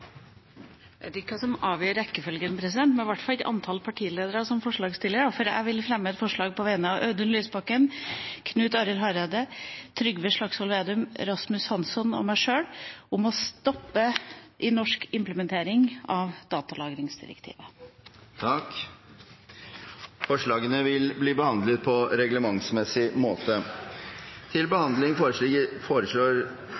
ikke hva som avgjør rekkefølgen. Det er i hvert fall ikke antall partiledere som forslagsstillere, for jeg vil fremme et forslag på vegne av Audun Lysbakken, Knut Arild Hareide, Trygve Slagsvold Vedum, Rasmus Hansson og meg sjøl om stans i norsk implementering av datalagringsdirektivet. Forslagene vil bli behandlet på reglementsmessig måte. Denne saken omhandler at Stortinget skal gi sitt samtykke til